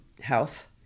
health